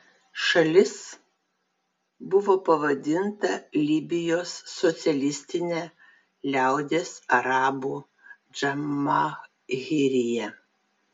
šalis buvo pavadinta libijos socialistine liaudies arabų džamahirija